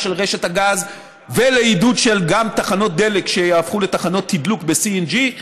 של רשת הגז וגם לעידוד של תחנות דלק שיהפכו לתחנות תדלוק ב-CNG.